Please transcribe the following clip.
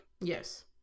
Yes